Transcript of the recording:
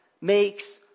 makes